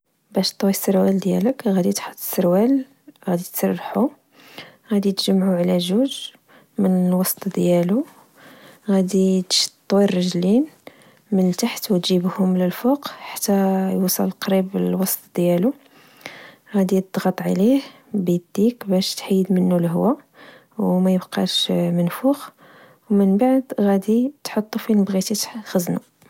باش تطوي السروال ديالك، غادي تحط السروال ، غادي تسرحو، غدي تجمعو على جوج من الوسط ديالو، غدي تطوي الرجلين من لتحت وتجيبهم للفوق حتى يوصل للوسط ديالو، غدي ضغط عليه بديك باش تحيد منو الهوا، وميبقاش منفوخ، من بعد غدي تحطو فين بغيتي تخزنو